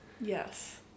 yes